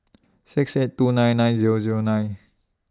six eight two nine nine Zero Zero nine